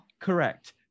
Correct